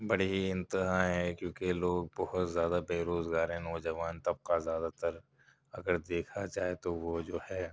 بڑے ہی امتحاں ہیں کیوں کہ لوگ بہت زیادہ بے روزگار ہیں نوجوان طبقہ زیادہ تر اگر دیکھا جائے تو وہ جو ہے